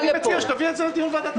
אני מציע שתביא את זה לדיון ועדת הכספים.